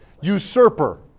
usurper